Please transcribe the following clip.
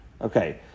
Okay